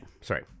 Sorry